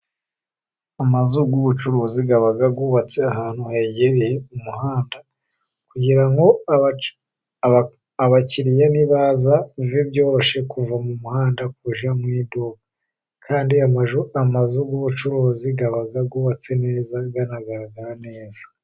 Amazu y'ubucuruzi aba yubatse ahantu hegereye umuhanda, kugira ngo abakiriya nibaza bibe byoroshye kuva mu muhanda ujya mu iduka. Kandi amazu y'ubucuruzi aba yubatse neza, bigaragara neza.